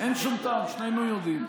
אין שום טעם, שנינו יודעים.